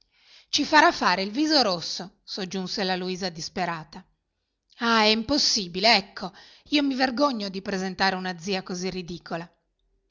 ci farà fare il viso rosso soggiunse la luisa disperata ah è impossibile ecco io mi vergogno di presentare una zia così ridicola